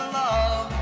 love